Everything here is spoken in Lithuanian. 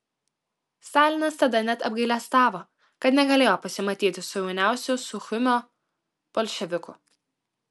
stalinas tada net apgailestavo kad negalėjo pasimatyti su jauniausiu suchumio bolševiku